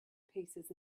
paces